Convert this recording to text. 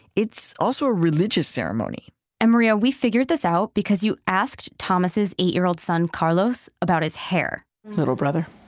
it's also a religious ceremony and, maria, we figured this out because you asked thomas' eight year old son carlos about his hair little brother,